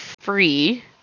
free